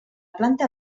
planta